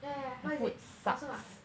yeah yeah how is it awesome ah